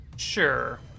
Sure